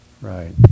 Right